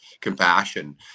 compassion